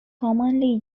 commonly